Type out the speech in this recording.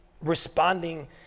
responding